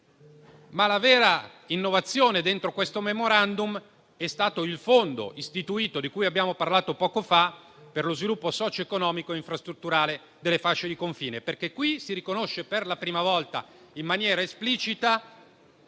La vera innovazione all'interno di questo *memorandum* è stata però l'istituzione del fondo di cui abbiamo parlato poco fa per lo sviluppo socioeconomico e infrastrutturale delle fasce di confine, perché qui si riconosce per la prima volta in maniera esplicita